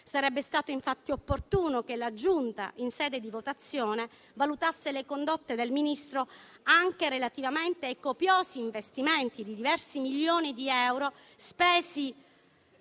Sarebbe stato infatti opportuno che la Giunta, in sede di votazione, avesse valutato le condotte del Ministro anche relativamente ai copiosi investimenti di diversi milioni di euro, presi